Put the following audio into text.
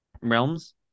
realms